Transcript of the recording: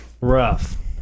rough